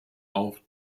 auch